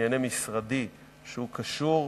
בענייני משרדי שהוא קשור,